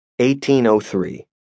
1803